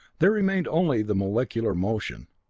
there remained only the molecular motion.